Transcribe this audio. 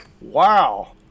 wow